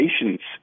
patients